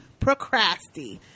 Procrasty